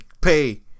pay